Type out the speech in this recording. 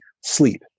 sleep